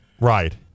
Right